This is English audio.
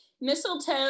Mistletoe